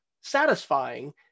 satisfying